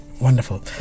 wonderful